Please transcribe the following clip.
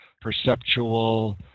perceptual